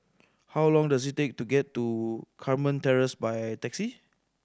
how long does it take to get to Carmen Terrace by taxi